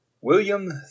William